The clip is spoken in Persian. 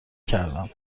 کردم